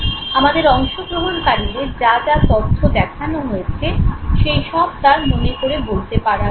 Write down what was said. আমাদের অংশগ্রহণকারীদের যা যা তথ্য দেখানো হয়েছে সেই সব তার মনে করে বলতে পারা উচিত